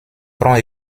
prend